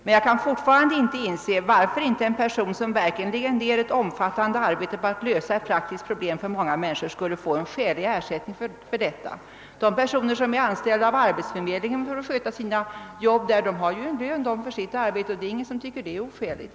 Men jag kan fortfarande inte inse varför inte en person, som verkligen lägger ned ett omfattande arbete på att lösa ett praktiskt problem för många människor, skulle få en skälig ersättning för detta. De personer som är anställda av arbetsförmedlingen för att sköta sina jobb där har ju en lön för sitt arbete, och det är ingen som tycker att det är oskäligt.